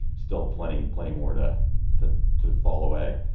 still plenty, plenty more to to to to fall away.